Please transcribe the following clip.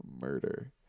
murder